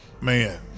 Man